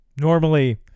Normally